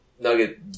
Nugget